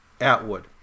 atwood